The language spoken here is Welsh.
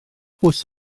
bws